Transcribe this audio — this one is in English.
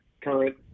current